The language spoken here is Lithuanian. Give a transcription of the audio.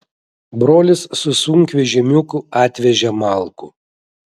brolis su sunkvežimiuku atvežė malkų